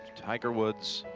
tiger woods